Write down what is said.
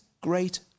great